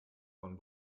von